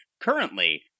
currently